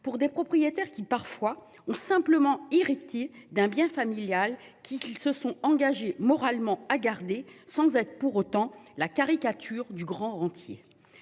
pour des propriétaires qui parfois ont simplement héritiers d'un bien familial qui qu'ils se sont engagés moralement à garder sans être pour autant la caricature du grand routier.